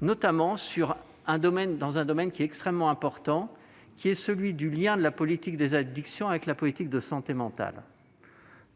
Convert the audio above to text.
notamment dans le domaine extrêmement important du lien de la politique des addictions avec la politique de santé mentale.